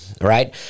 right